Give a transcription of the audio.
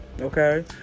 okay